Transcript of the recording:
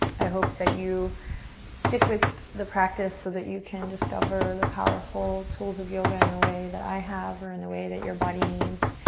i hope that you stick with the practice so that you can discover the powerful tools of yoga in the way that i have or in the way that your body needs.